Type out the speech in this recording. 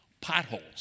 potholes